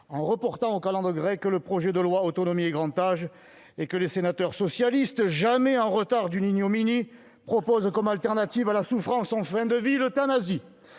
en reportant aux calendes grecques le projet de loi Autonomie et grand âge et que les sénateurs socialistes, jamais en retard d'une ignominie, proposent comme alternative à la souffrance en fin de vie l'euthanasie